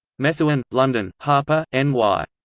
methuen, london harper, n y.